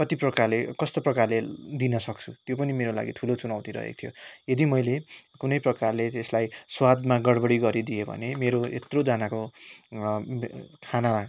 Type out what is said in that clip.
कति प्रकारले कस्तो प्रकारले दिन सक्छु त्यो पनि मेरो लागि ठुलो चुनौती रहेको थियो यदि मैले कुनै प्रकारले त्यसलाई स्वादमा गडबडी गरिदिए भने मेरो यत्रोजनाको खाना